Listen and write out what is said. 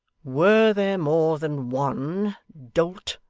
were there more than one, dolt,